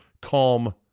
calm